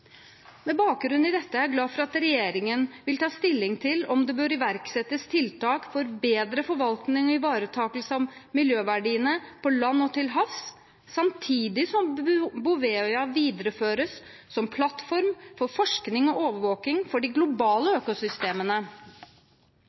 Med bakgrunn i dette er jeg glad for at regjeringen vil ta stilling til om det bør iverksettes tiltak for bedre forvaltning og ivaretakelse av miljøverdiene på land og til havs, samtidig som Bouvetøya videreføres som plattform for forskning og overvåkning av de globale økosystemene.